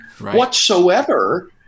whatsoever